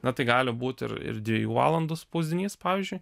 na tai gali būt ir ir dviejų valandų spausdinys pavyzdžiui